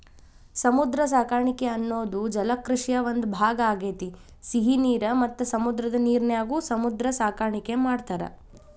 ಸಮುದ್ರ ಸಾಕಾಣಿಕೆ ಅನ್ನೋದು ಜಲಕೃಷಿಯ ಒಂದ್ ಭಾಗ ಆಗೇತಿ, ಸಿಹಿ ನೇರ ಮತ್ತ ಸಮುದ್ರದ ನೇರಿನ್ಯಾಗು ಸಮುದ್ರ ಸಾಕಾಣಿಕೆ ಮಾಡ್ತಾರ